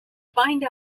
find